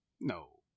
No